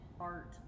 art